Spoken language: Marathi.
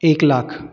एक लाख